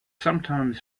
sometimes